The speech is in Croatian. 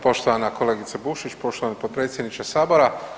Poštovana kolegice Bušić, poštovani potpredsjedniče sabora.